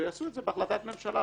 שיעשו את זה בהחלטת ממשלה,